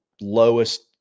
lowest